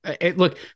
Look